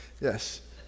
Yes